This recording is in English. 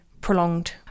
Prolonged